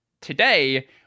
today